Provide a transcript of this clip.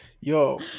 Yo